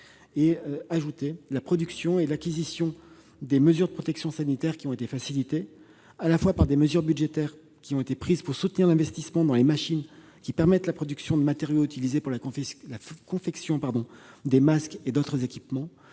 utile. La production et l'acquisition des matériels de protection sanitaire ont été facilitées. D'une part, des mesures budgétaires ont été prises pour soutenir l'investissement dans les machines permettant la production de matériaux utilisés pour la confection des masques et d'autres équipements.